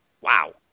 Wow